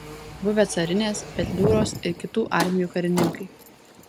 buvę carinės petliūros ir kitų armijų karininkai